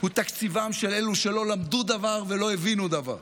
הוא תקציבם של אלו שלא למדו דבר ולא הבינו דבר,